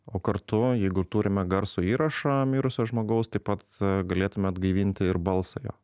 o kartu jeigu turime garso įrašą mirusio žmogaus taip pat galėtume atgaivinti ir balsą jo